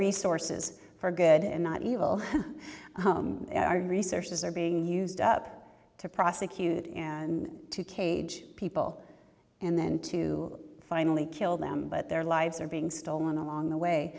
resources for good and not evil our researchers are being used up to prosecute and to cage people and then to finally kill them but their lives are being stolen along the way